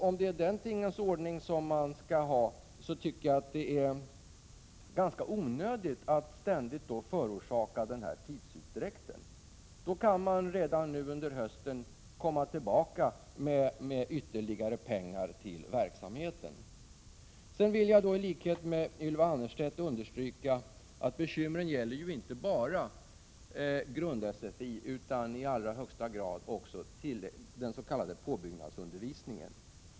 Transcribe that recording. Om det skall vara en sådan tingens ordning är det ganska onödigt att man ständigt förorsakar denna tidsutdräkt. I stället skulle man redan nu under hösten kunna anslå ytterligare pengar till verksamheten. Jag vill vidare i likhet med Ylva Annerstedt understryka att bekymren ju inte bara gäller grund-SFI utan också i högsta grad den s.k. påbyggnadsundervisningen.